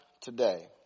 today